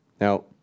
Now